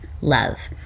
love